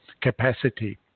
capacity